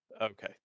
Okay